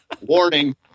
Warning